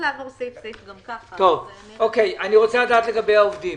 לגבי העובדים,